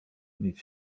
nic